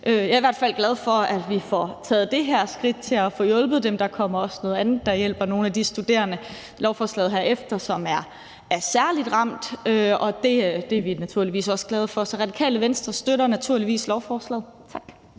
Jeg er i hvert fald glad for, at vi får taget det her skridt til at få hjulpet dem. Der kommer også noget andet, der hjælper nogle af de studerende – i lovforslaget herefter – som er særlig ramt, og det er vi naturligvis også glade for. Så Radikale Venstre støtter naturligvis lovforslaget. Tak.